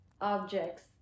objects